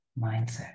mindset